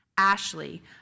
Ashley